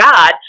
God